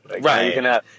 Right